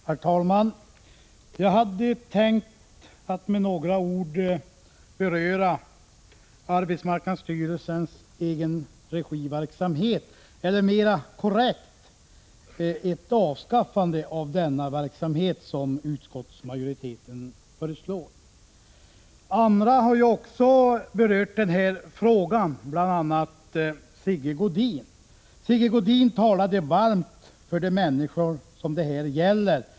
Herr talman! Jag hade tänkt säga några ord om AMS egenregiverksamhet, eller — vilket är mera korrekt — om avskaffandet av denna verksamhet, för det är ju vad utskottsmajoriteten föreslår. Andra talare har också berört den här frågan, bl.a. Sigge Godin. Han talade varmt för de människor som det här gäller.